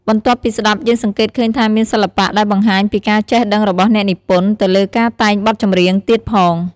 បន្ទាប់ពីស្តាប់យើងសង្កេតឃើញថាមានសិល្បៈដែលបង្ហាញពីការចេះដឹងរបស់អ្នកនិពន្ធទៅលើការតែងបទចម្រៀងទៀតផង។